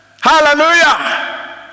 Hallelujah